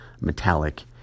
metallic